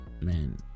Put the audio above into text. man